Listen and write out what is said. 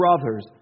Brothers